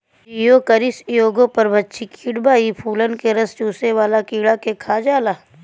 Geocoris एगो परभक्षी कीट बा इ फूलन के रस चुसेवाला कीड़ा के खा जाला